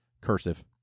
cursive